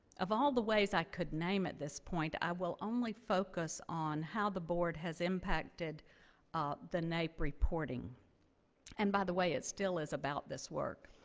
of all the ways i could name at this point, i will only focus on how the board has impacted the naep reporting and by the way, it still is about this work